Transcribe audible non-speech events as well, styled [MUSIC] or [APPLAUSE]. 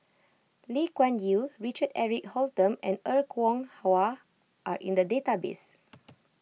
Lee Kuan Yew Richard Eric Holttum and Er Kwong Wah are in the database [NOISE]